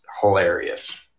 hilarious